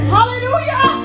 Hallelujah